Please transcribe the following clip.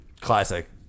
classic